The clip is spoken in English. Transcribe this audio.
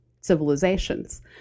civilizations